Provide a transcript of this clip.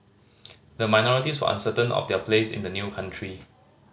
the minorities were uncertain of their place in the new country